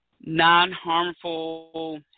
non-harmful